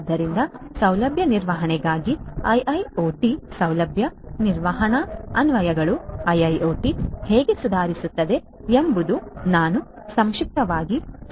ಆದ್ದರಿಂದ ಸೌಲಭ್ಯ ನಿರ್ವಹಣೆಗಾಗಿ ಐಐಒಟಿಯ ಸೌಲಭ್ಯ ನಿರ್ವಹಣಾ ಅನ್ವಯಗಳನ್ನು ಐಐಒಟಿ ಹೇಗೆ ಸುಧಾರಿಸುತ್ತದೆ ಎಂಬು ದು ನಾವು ಸಂಕ್ಷಿಪ್ತವಾಗಿ ಚರ್ಚಿಸಲಿದ್ದೇವೆ